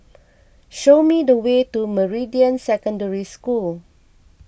show me the way to Meridian Secondary School